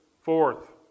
fourth